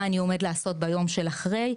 מה אני עומד לעשות ביום של אחרי,